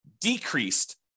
decreased